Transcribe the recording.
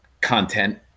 content